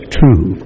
true